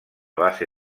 base